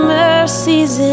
mercies